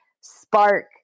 spark